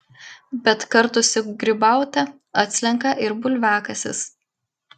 bet kartu su grybaute atslenka ir bulviakasis